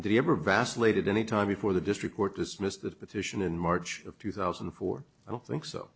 did you ever vacillated any time before the district court dismissed the petition in march of two thousand and four i don't think so